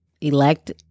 elect